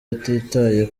atitaye